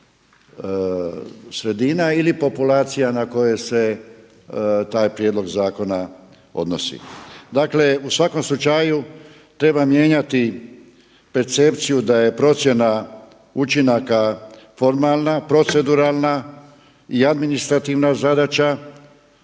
sredina ili populacija na koje se taj prijedlog zakona odnosi. Dakle u svakom slučaju treba mijenjati percepciju da je procjena učinaka formalna, proceduralna i administrativna zadaća